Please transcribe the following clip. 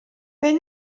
beth